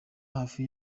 hafi